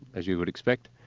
as you would expect,